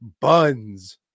Buns